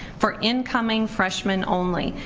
for incoming freshmen only.